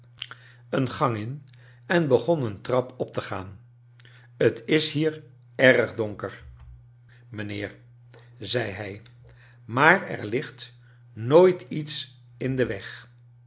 een gang in en begon een trap op j te gaan t is hier erg donker mijnheer zei hij maar er ligt nooit lets in den weg